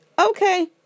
Okay